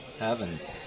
Evans